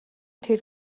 тэр